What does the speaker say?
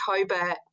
october